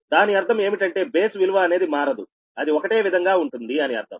దాని అర్థం ఏమిటంటే బేస్ విలువ అనేది మారదు అది ఒకటే విధంగా ఉంటుంది అని అర్థం